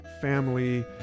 family